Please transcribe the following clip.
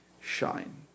shine